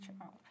child